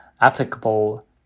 applicable